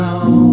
Now